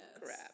crap